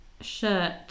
shirt